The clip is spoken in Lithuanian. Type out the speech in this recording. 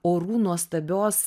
orų nuostabios